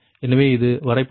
எனவே இது வரைபடம்